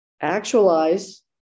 actualize